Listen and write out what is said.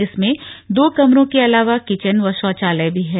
इसमें दो कमरों के अलावा किचन व शौचालय भी है